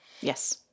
Yes